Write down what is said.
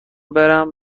برم